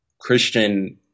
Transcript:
Christian